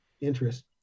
interest